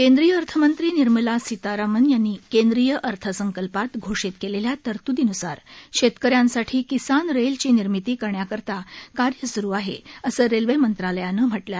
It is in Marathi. केंद्रीय अर्थमंत्री निर्मला सीतारामण यांनी केंद्रीय अर्थसंकल्पात घोषित केलेल्या तरतूदीनुसार शेतकऱ्यांसाठी किसान रेलची निर्मिती करण्याकरता कार्य सुरु आहे असं रेल्वे मंत्रालयानं म्हटलं आहे